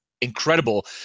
incredible